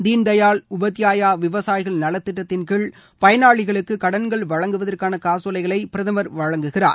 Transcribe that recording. தீனதயாள் உபாத்யாயா விவசாயிகள் நலத்திட்டத்தின் கீழ் பயனாளிகளுக்கு கடன்கள் வழங்குவதற்கான காசோலைகளை பிரதமர் வழங்குகிறார்